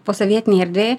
posovietinėj erdvėj